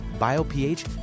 BioPH